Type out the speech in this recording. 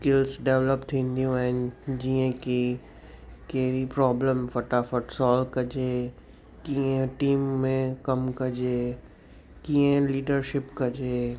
skills develop थींदियूं आहिनि जीअं की कहिड़ी प्रॉब्लम फटाफट सॉल्व कजे कीअं टीम में कमु कजे कीअं लीडरशिप कजे